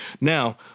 Now